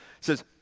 says